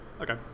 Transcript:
Okay